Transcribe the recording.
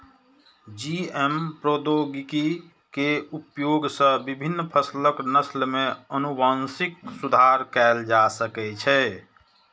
GM प्रौद्योगिकी के उपयोग सं विभिन्न फसलक नस्ल मे आनुवंशिक सुधार कैल जा सकै छै